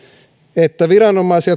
että viranomaisen